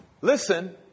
listen